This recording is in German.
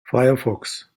firefox